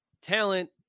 talent